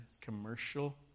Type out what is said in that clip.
commercial